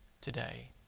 today